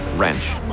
wrench.